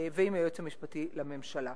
ועם היועץ המשפטי לממשלה.